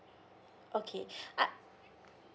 okay I